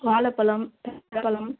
வாழைப்பலம் பழம்